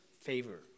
favor